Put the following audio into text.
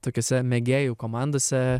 tokiuose mėgėjų komandose